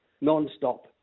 non-stop